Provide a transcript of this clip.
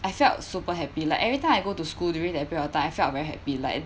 I felt super happy like everytime I go to school during that period of time I felt I'm very happy like